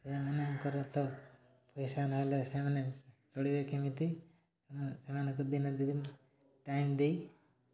ସେମାନଙ୍କର ତ ପଇସା ନ ହେଲେ ସେମାନେ ଚଳିବେ କେମିତି ସେମାନଙ୍କୁ ଦିନେ ଦୁଇ ଦିନ୍ ଟାଇମ୍ ଦେଇ